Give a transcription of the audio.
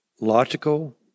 logical